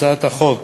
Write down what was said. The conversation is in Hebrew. הצעת החוק